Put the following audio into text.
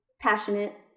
passionate